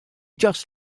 just